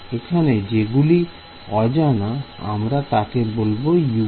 এখানে যেগুলো অজানা আমরা তাকে বলব U2